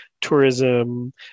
tourism